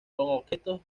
objetos